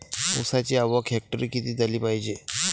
ऊसाची आवक हेक्टरी किती झाली पायजे?